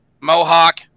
Mohawk